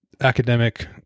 academic